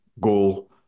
goal